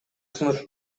сунуш